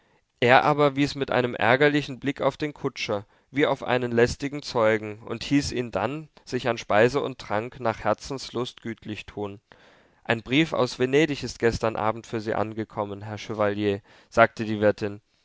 er aber wies mit einem ärgerlichen blick auf den kutscher wie auf einen lästigen zeugen und hieß ihn dann sich an speise und trank nach herzenslust gütlich tun ein brief aus venedig ist gestern abend für sie angekommen herr chevalier sagte die wirtin